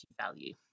value